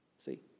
See